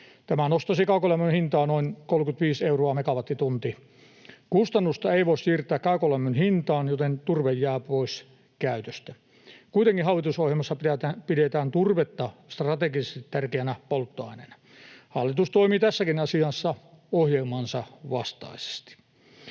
Tämä nostaisi kaukolämmön hintaa noin 35 euroa megawattitunnilta. Kustannusta ei voi siirtää kaukolämmön hintaan, joten turve jää pois käytöstä. Kuitenkin hallitusohjelmassa pidetään turvetta strategisesti tärkeänä polttoaineena. Hallitus toimii tässäkin asiassa ohjelmansa vastaisesti.